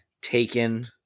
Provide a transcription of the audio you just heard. Taken